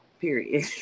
period